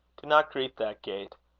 dinna greet that gait.